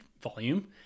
volume